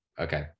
okay